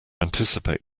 anticipate